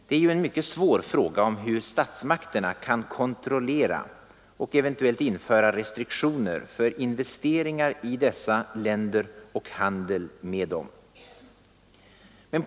Det är en mycket svår fråga hur statsmakterna kan kontrollera och eventuellt införa restriktioner för investeringar i och handel med dessa länder.